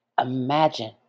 imagine